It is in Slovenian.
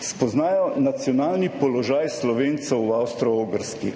spoznajo nacionalni položaj Slovencev v Avstro-Ogrski,